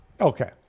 okay